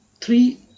three